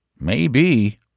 Maybe